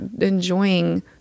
enjoying